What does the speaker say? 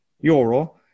euro